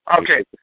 Okay